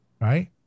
Right